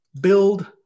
build